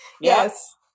Yes